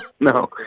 no